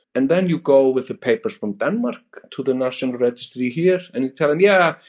and then you go with the papers from denmark to the national registry here and you tell them, yeah.